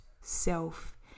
self